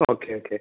okay okay